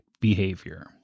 behavior